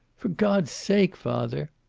for god's sake, father.